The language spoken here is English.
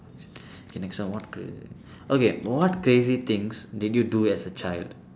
okay next one what the okay what crazy things did you do as a child